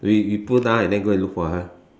we you put down and then go and look for her